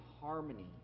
harmony